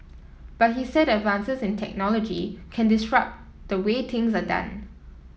but he said advances in technology can disrupt the way things are done